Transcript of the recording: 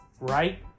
Right